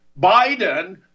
Biden